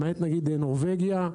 למעט נורבגיה,